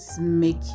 make